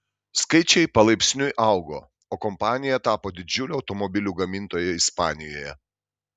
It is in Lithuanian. skaičiai palaipsniui augo o kompanija tapo didžiule automobilių gamintoja ispanijoje